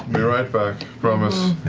be right back, promise.